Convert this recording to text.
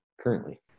currently